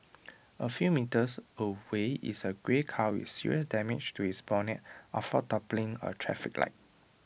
A few metres away is A grey car with serious damage to its bonnet after toppling A traffic light